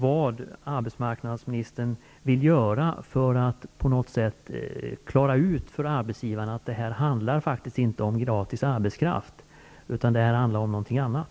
Vad vill arbetsmarknadsministern göra för att på något sätt klara ut för arbetsgivarna att det här faktiskt inte handlar om gratis arbetskraft utan att det handlar om någonting annat?